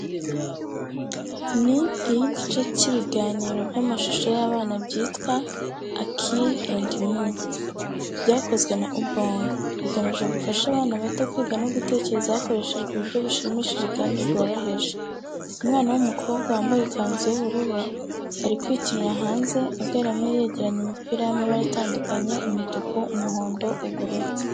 Ni iy'igice cy'ibiganiro by'amashusho y'abana byitwa "Akili and Me," byakozwe na Ubongo. Bigamije gufasha abana bato kwiga no gutekereza hakoreshejwe uburyo bushimishije kandi bworoheje. Umwana w’umukobwa wambaye ikanzu y’ubururu ari kwikinira hanze agaramye yegeranya imipira y’amabara atandukanye umutuku, umuhondo, ubururu.